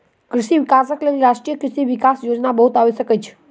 कृषि विकासक लेल राष्ट्रीय कृषि विकास योजना बहुत आवश्यक अछि